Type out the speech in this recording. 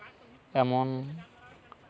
ᱮᱢᱚᱱ